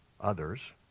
others